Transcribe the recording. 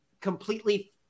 completely